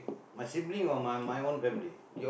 my sibling or my my own family